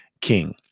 King